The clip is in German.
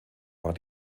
war